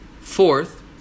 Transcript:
Fourth